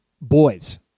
boys